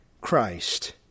Christ